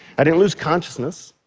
i didn't lose consciousness,